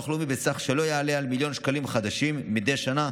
לאומי בסך שלא יעלה על מיליון שקלים חדשים מדי שנה,